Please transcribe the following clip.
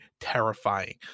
terrifying